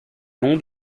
nom